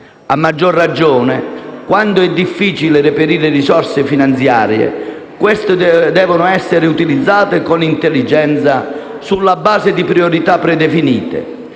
A maggior ragione quando è difficile reperire risorse finanziarie, queste devono essere utilizzate con intelligenza sulla base di priorità predefinite.